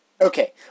Okay